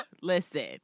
Listen